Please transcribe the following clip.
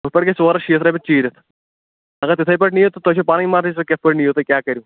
یتھٕ پٲٹھۍ گژھِ ژور ہتھ شیٖتھ رۄپیہِ چیٖرتھ اَگر تِتھٕے پٲٹھۍ نِیِو تۅہہِ چھَو پَنٕنۍ مرضی سُہ کِتھٕ پٲٹھُۍ نِیِو تہٕ کیٛاہ کٔرِو